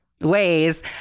ways